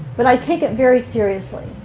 but i take it very seriously.